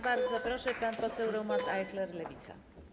Bardzo proszę, pan poseł Romuald Ajchler, Lewica.